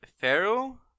Pharaoh